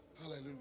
hallelujah